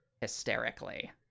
hysterically